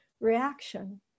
reaction